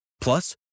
Plus